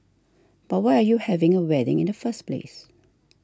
but why are you having a wedding in the first place